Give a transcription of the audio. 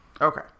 Okay